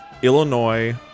Illinois